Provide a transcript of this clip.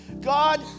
God